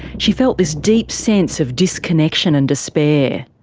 she felt this deep sense of disconnection and despair.